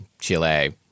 Chile